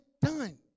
done